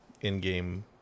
in-game